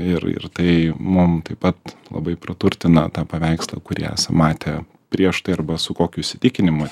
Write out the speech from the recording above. ir ir tai mum taip pat labai praturtina tą paveikslą kurį esam matę prieš tai arba su kokiu įsitikinimu